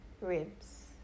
ribs